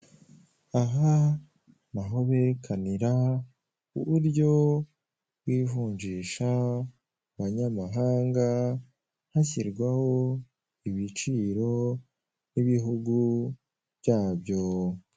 Aha ni aho berekanira uburyo bw' ivunjisha ku banyamahanga hashyirwaho ibiciro by' ibihugu byabyo.